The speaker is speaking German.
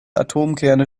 atomkerne